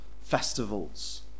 festivals